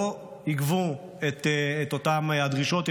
לא יגבו את אותן דרישות,